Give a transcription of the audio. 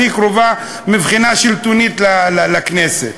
הכי קרובה מבחינה שלטונית לכנסת,